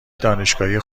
دانشگاهی